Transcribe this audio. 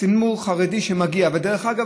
ציבור חרדי שמגיע,